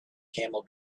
camel